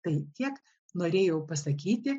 tai tiek norėjau pasakyti